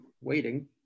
waiting